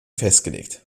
festgelegt